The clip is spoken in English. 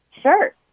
Sure